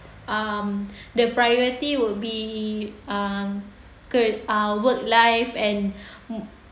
um the priority will be uh ke uh work live and